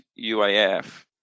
UAF